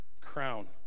crown